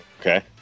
Okay